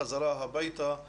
החזרה הביתה,